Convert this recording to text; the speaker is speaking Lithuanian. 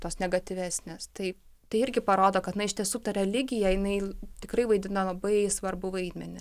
tos negatyvesnės tai tai irgi parodo kad na iš tiesų ta religija jinai tikrai vaidina labai svarbų vaidmenį